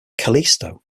callisto